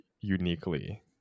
uniquely